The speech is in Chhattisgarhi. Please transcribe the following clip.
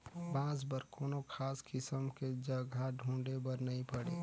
बांस बर कोनो खास किसम के जघा ढूंढे बर नई पड़े